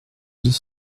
deux